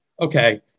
okay